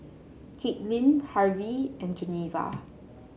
Kaitlynn Harvie and Geneva